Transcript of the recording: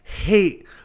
hate